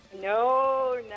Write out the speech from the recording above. No